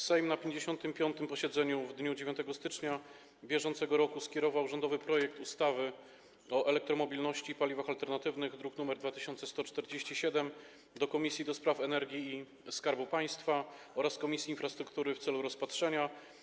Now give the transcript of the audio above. Sejm na 55. posiedzeniu w dniu 9 stycznia br. skierował rządowy projekt ustawy o elektromobilności i paliwach alternatywnych, druk nr 2147, do Komisji do Spraw Energii i Skarbu Państwa oraz Komisji Infrastruktury w celu rozpatrzenia.